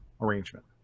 arrangement